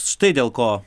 štai dėl ko